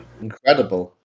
Incredible